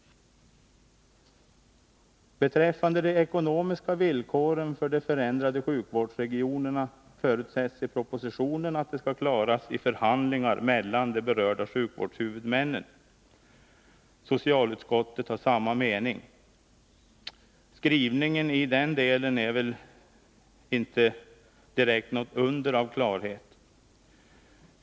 Beträffande de ekonomiska villkoren för de förändrade sjukvårdsregionerna förutsätts i propositionen att de skall klaras i förhandlingar mellan de berörda sjukvårdshuvudmännen. Socialutskottet har samma mening. Skrivningen i den delen är väl inte direkt något under av klarhet.